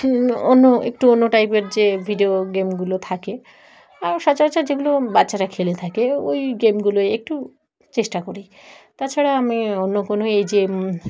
অন্য একটু অন্য টাইপের যে ভিডিও গেমগুলো থাকে আর সচরাচর যেগুলো বাচ্চারা খেলে থাকে ওই গেমগুলো একটু চেষ্টা করি তাছাড়া আমি অন্য কোনো এই যে